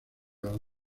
las